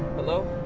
hello?